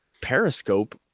Periscope